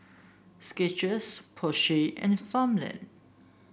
Skechers Porsche and Farmland